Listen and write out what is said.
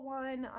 one